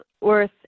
worth